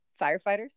firefighters